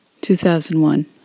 2001